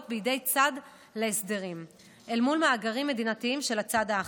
בידי צד להסדרים אל מול מאגרים מדינתיים של הצד האחר.